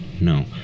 No